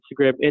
Instagram